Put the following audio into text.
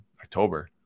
October